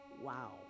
Wow